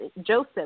Joseph